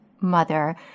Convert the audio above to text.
mother